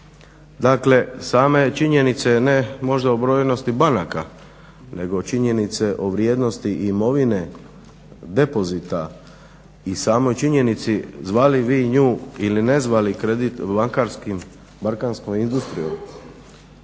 Dakle sama je činjenica ne možda u brojnosti banaka nego činjenice o vrijednosti imovine depozita i samoj činjenici zvali vi nju ili ne zvali bankarskom industrijom,